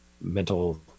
mental